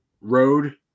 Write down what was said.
road